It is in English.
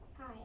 Hi